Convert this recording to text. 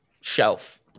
shelf